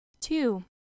Two